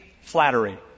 Flattery